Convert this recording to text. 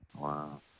Wow